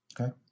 Okay